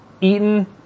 Eaton